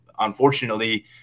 Unfortunately